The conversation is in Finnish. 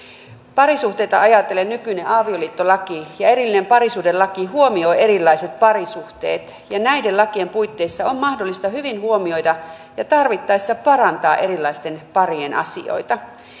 parisuhteita ajatellen nykyinen avioliittolaki ja erillinen parisuhdelaki huomioivat erilaiset parisuhteet ja näiden lakien puitteissa on mahdollista hyvin huomioida ja tarvittaessa parantaa erilaisten parien asioita